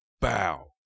Bow